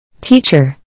Teacher